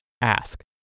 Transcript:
ask